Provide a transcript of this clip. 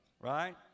Right